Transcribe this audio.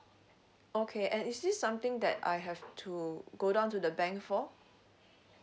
okay and is this something that I have to go down to the bank for